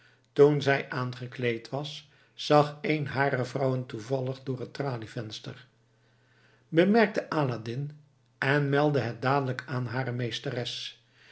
toen zij aangekleed was zag een harer vrouwen toevallig door het tralievenster bemerkte aladdin en meldde het dadelijk aan hare meesteres